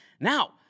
Now